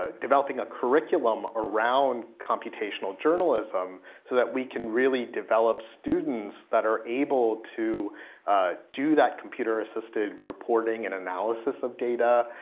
ah developing a curriculum around computational journalism so that we can really develop students that are able to do that computer assisted reporting and analysis of data.